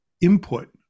input